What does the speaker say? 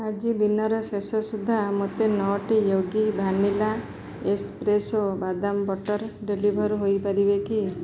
ଆଜି ଦିନର ଶେଷ ସୁଦ୍ଧା ମୋତେ ନଟି ୟୋଗୀ ଭ୍ୟାନିଲା ଏସ୍ପ୍ରେସୋ ବାଦାମ ବଟର୍ ଡେଲିଭର୍ ହୋଇ ପାରିବେ କି